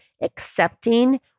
accepting